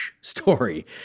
story